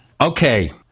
Okay